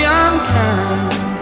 unkind